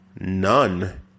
none